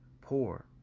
poor